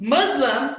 Muslim